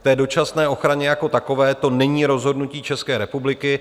K té dočasné ochraně jako takové, to není rozhodnutí České republiky.